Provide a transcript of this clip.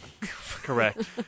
Correct